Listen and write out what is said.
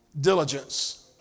diligence